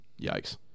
Yikes